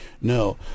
No